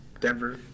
Denver